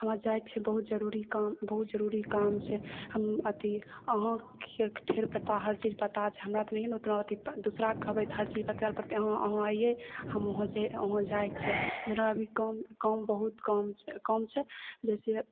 हमरा जाइके छै बहुत जरूरी काम बहुत जरूरी काम छै हम अथि अहाँके ठेर पता हर चीज पता छै हमरा तऽ नैहिये ने उतना अथि दोसराके कहबै तऽ हर चीज बताइ लए पड़तै अहाँ अहाँ अइये हमहुँ जे वहाँ जाइके छै जरा अभी काम काम बहुत काम काम छै जइसे